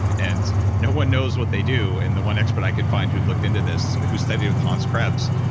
and no one knows what they do. and the one expert i could find who looked into this, who studied with hans krebs,